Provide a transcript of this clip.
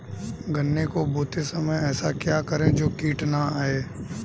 गन्ने को बोते समय ऐसा क्या करें जो कीट न आयें?